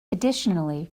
additionally